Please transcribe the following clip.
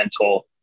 mental